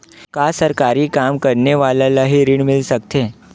का सरकारी काम करने वाले ल हि ऋण मिल सकथे?